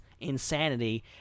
insanity